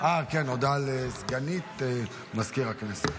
הודעה לסגנית מזכיר הכנסת.